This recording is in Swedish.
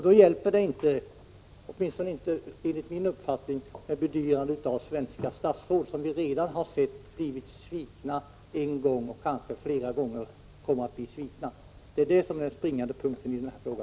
Då hjälper det enligt min uppfattning inte med bedyranden från svenska statsråd. De har redan svikit en gång och kommer kanske att svika fler gånger. Det är den springande punkten i denna fråga.